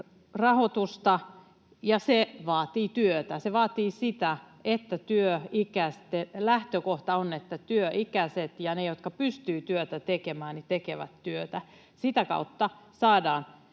rahoitusta, ja se vaatii työtä. Se vaatii sitä, että lähtökohta on, että työikäiset ja ne, jotka pystyvät työtä tekemään, tekevät työtä. Sitä kautta saadaan